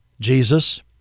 Jesus